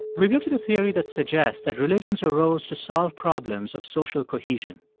we've looked at a theory that suggests that religions arose to solve problems of social cohesion.